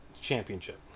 championship